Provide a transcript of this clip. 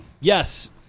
yes